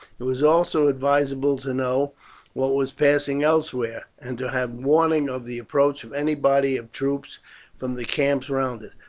it was also advisable to know what was passing elsewhere, and to have warning of the approach of any body of troops from the camps round it.